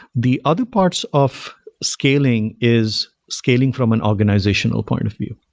the other parts of scaling is scaling from an organizational point of view,